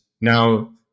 now